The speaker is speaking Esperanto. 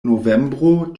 novembro